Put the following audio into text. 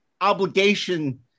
obligation